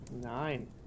Nine